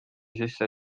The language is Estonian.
sisse